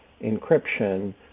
encryption